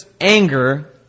anger